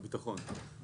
משרד הביטחון.